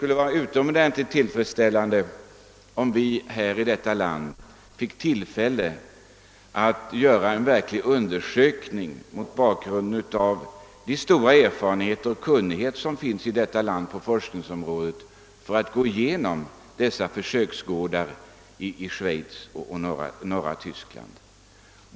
Med hänsyn till den stora erfarenhet och kunnighet som finns här i landet på forskningsområdet skulle det vara utomordentligt tillfredsställande om vi finge tillfälle att göra en verklig undersökning av resultaten på försöksgårdarna i Schweiz och södra Tyskland.